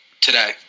today